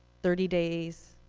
thirty days,